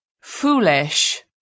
Foolish